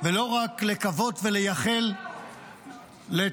ולא רק לקוות ולייחל לתשועות